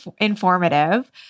informative